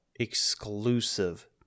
Exclusive